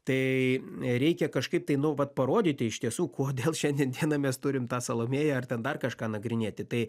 tai reikia kažkaip tai nu vat parodyti iš tiesų kodėl šiandien mes turim tą salomėją ar ten dar kažką nagrinėti tai